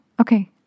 Okay